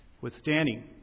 withstanding